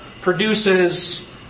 produces